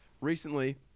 recently